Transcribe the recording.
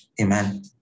Amen